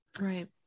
Right